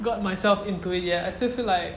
got myself into it yet I still feel like